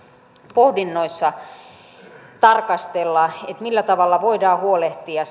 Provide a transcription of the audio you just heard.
pohdinnoissa tarkastella millä tavalla voidaan huolehtia